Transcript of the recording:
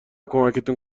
کمکتون